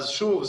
שוב,